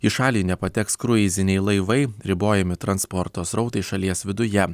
į šalį nepateks kruiziniai laivai ribojami transporto srautai šalies viduje